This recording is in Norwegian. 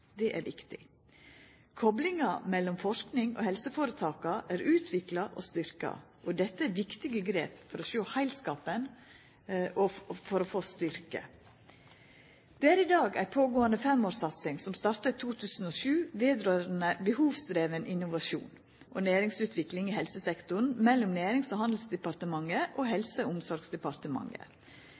Det er viktig. Koplinga mellom forsking og helseføretak er utvikla og styrkt, og dette er eit viktig grep for å sjå heilskapen og for å få styrke. Det er i dag ei pågåande femårssatsing, som starta i 2007, og som gjeld behovsdriven innovasjon og næringsutvikling i helsesektoren, mellom Nærings- og handelsdepartementet og Helse- og omsorgsdepartementet.